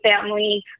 family